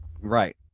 right